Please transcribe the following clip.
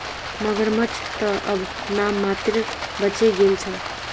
मगरमच्छ त अब नाम मात्रेर बचे गेल छ